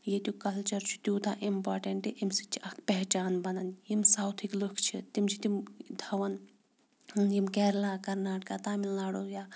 ییٚتیُک کَلچَر چھُ تیوٗتاہ اِمپاٹَنٛٹ امہِ سۭتۍ چھِ اَکھ پہچان بَنان یِم سَوتھٕکۍ لُکھ چھِ تِم چھِ تِم تھاوان یِم کیرلا کَرناٹکا تامِل ناڈوٗ یا